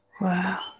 Wow